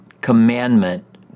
commandment